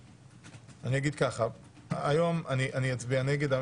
אגיד ככה, היום אני אצביע נגד.